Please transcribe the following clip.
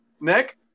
Nick